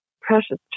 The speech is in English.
precious